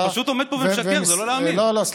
אתה אומר דברים לא נכונים.